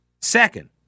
second